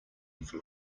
from